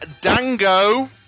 Dango